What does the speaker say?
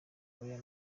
korea